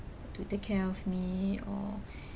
to take care of me or